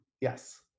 yes